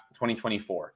2024